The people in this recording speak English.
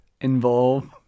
involve